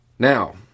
Now